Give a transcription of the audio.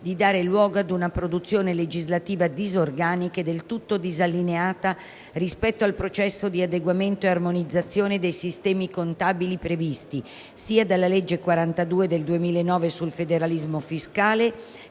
di dare luogo ad una produzione legislativa disorganica e del tutto disallineata rispetto al processo di adeguamento e armonizzazione dei sistemi contabili previsto sia dalla legge n. 42 del 2009 sul federalismo fiscale